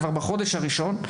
כבר בחודש הראשון,